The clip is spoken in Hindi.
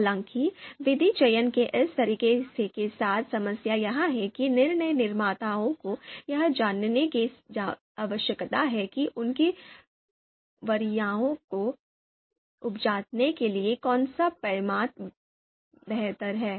हालांकि विधि चयन के इस तरीके के साथ समस्या यह है कि निर्णय निर्माताओं को यह जानने की आवश्यकता है कि उनकी वरीयताओं को उपजाने के लिए कौन सा पैमाना बेहतर है